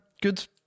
good